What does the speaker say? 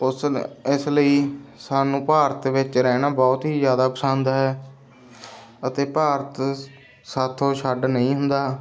ਉਸ ਇਸ ਲਈ ਸਾਨੂੰ ਭਾਰਤ ਵਿੱਚ ਰਹਿਣਾ ਬਹੁਤ ਹੀ ਜ਼ਿਆਦਾ ਪਸੰਦ ਹੈ ਅਤੇ ਭਾਰਤ ਸਾਥੋਂ ਛੱਡ ਨਹੀਂ ਹੁੰਦਾ